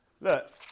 look